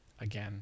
again